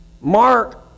Mark